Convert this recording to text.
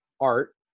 art